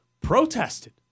protested